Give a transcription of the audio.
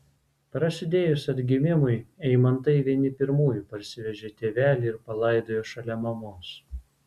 prasidėjus atgimimui eimantai vieni pirmųjų parsivežė tėvelį ir palaidojo šalia mamos